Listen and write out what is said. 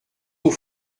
aux